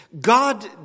God